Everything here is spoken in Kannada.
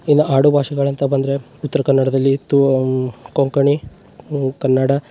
ಇನ್ನು ಆಡುಭಾಷೆಗಳು ಅಂತ ಬಂದರೆ ಉತ್ರ ಕನ್ನಡದಲ್ಲಿ ತೂ ಕೊಂಕಣಿ ಕನ್ನಡ